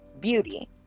beauty